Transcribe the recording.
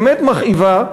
אמת מכאיבה,